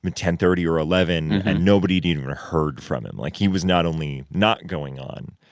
and ten thirty or eleven. and nobody had even heard from him. like, he was not only not going on,